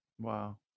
Wow